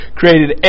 created